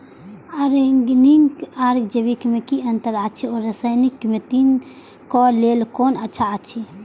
Organic आर जैविक में कि अंतर अछि व रसायनिक में तीनो क लेल कोन अच्छा अछि?